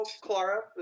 Clara